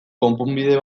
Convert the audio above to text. konponbide